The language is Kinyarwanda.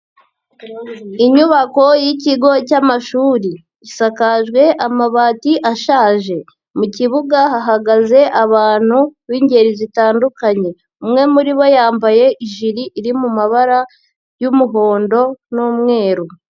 Inyubako y'ikigo cyamashuri isakajwe amabati ashaje, mu kibuga hahagaze abantu b'ingeri zitandukanye, umwe muri bo yambaye ijiri iri mu mabara y'umuhondo n'umweru.